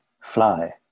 fly